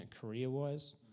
career-wise